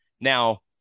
Now